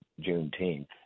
juneteenth